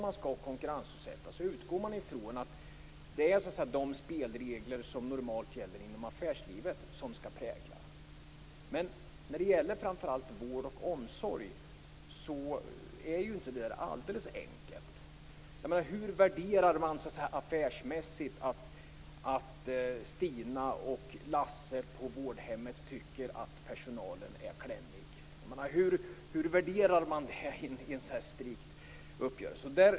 Vid konkurrensutsättning är det de spelregler som normalt gäller inom affärslivet som skall prägla hanteringen. Men när det gäller vård och omsorg är det inte så alldeles enkelt. Hur värderar man affärsmässigt att Stina och Lasse på vårdhemmet tycker att personalen är klämmig? Hur värderas detta vid en strikt uppgörelse?